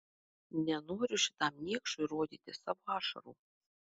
nenoriu šitam niekšui rodyti savo ašarų